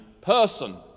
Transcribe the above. person